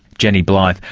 jenny blyth.